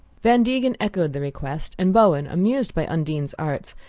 van degen echoed the request, and bowen, amused by undine's arts,